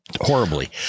horribly